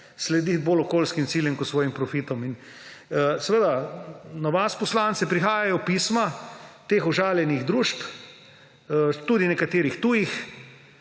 slediti bolj okoljskim ciljem kot svojim profitom. Seveda do vas poslancev prihajajo pisma teh užaljenih družb, tudi nekaterih tujih,